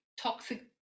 toxic